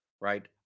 right